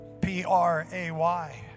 p-r-a-y